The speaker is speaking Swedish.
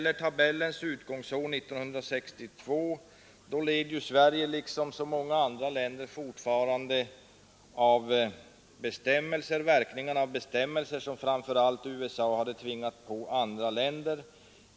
Tabellens utgångsår, 1962, led Sverige liksom så många andra länder fortfarande av verkningarna av bestämmelser som framför allt USA tvingat på andra länder.